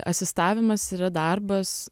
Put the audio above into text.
asistavimas yra darbas